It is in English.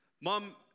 Mom